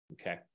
okay